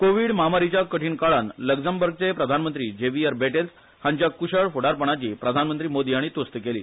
कोविड म्हामारिच्या कठीण काळान लग्जमबर्गचे प्रधानमंत्री जेवियर बेटेल्स हांच्या क्शळ फ्डारपणाची प्रधानमंत्री मोदी हाणी त्स्त केली